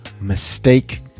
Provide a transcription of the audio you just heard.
mistake